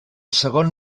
segon